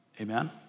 amen